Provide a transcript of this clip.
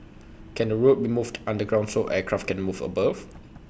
can the road be moved underground so aircraft can move above